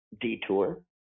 detour